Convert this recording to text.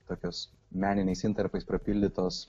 tokios meniniais intarpais papildytos